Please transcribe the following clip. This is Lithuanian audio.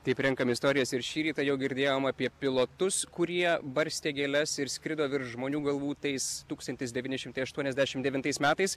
taip renkam istorijas ir šį rytą jau girdėjom apie pilotus kurie barstė gėles ir skrido virš žmonių galvų tais tūkstantis devyni šimtai aštuoniasdešim devintais metais